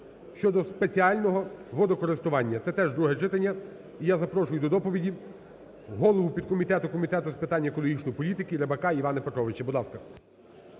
(щодо спеціального водокористування). Це теж друге читання. І я запрошую до доповіді голову підкомітету Комітету з питань екологічної політики Рибака Івана Петровича.